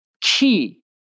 key